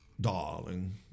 darling